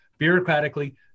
Bureaucratically